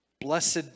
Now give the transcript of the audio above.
blessed